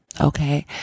Okay